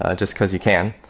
ah just because he can,